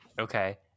Okay